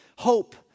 Hope